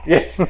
Yes